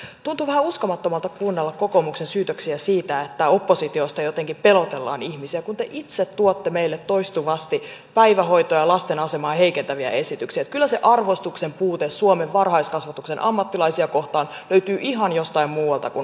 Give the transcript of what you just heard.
tuntuu vähän uskomattomalta kuunnella kokoomuksen syytöksiä siitä että oppositiosta jotenkin pelotellaan ihmisiä kun te itse tuotte meille toistuvasti päivähoitoa ja lasten asemaa heikentäviä esityksiä kyllä se arvostuksen puute suomen varhaiskasvatuksen ammattilaisia kohtaan löytyy jostain ihan muualta kuin oppositiosta